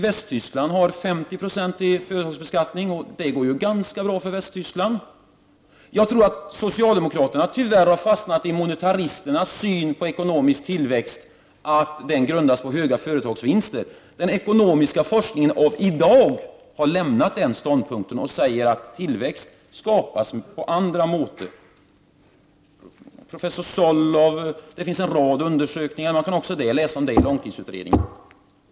I Västtyskland är företagsskatten 50 96, och det går ju ganska bra i Västtyskland. Jag tror att socialdemokraterna tyvärr har fastnat i monetaristernas syn på ekonomisk tillväxt, dvs. att denna grundas på höga företagsvinster. Den ekonomiska forskningen av i dag har lämnat den ståndpunkten och säger att den ekonomiska tillväxten skapas på andra måter. Det har gjorts en rad undersökningar på detta område bl.a. av professor Solov, och även detta kan man läsa om i långtidsutredningen.